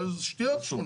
אז שתהיה עוד שכונה.